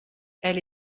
elle